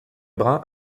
brun